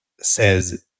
says